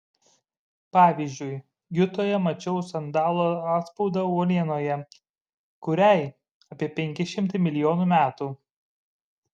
pavyzdžiui jutoje mačiau sandalo atspaudą uolienoje kuriai apie penki šimtai milijonų metų